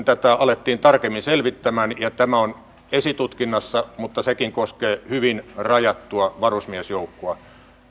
tätä alettiin tarkemmin selvittämään ja tämä on esitutkinnassa mutta sekin koskee hyvin rajattua varusmiesjoukkoa